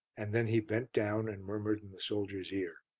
and then he bent down and murmured in the soldier's ear.